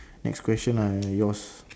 next question lah yours